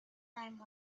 time